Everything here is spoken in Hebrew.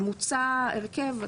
ומוצע הרכב.